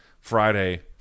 Friday